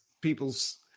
people's